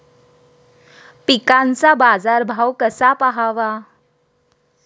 पिकांचा बाजार भाव कसा पहावा?